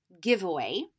Giveaway